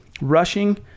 rushing